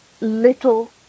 little